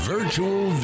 Virtual